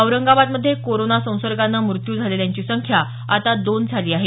औरंगाबादमध्ये कोरोना संसर्गानं मृत्यू झालेल्यांची संख्या आता दोन झाली आहे